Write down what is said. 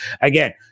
Again